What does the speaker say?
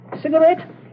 Cigarette